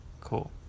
Cool